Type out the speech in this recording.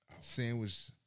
sandwich